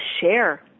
share